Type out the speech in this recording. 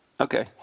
Okay